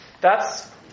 That's-